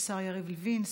השר יריב לוין,